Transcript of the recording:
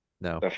No